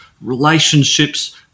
relationships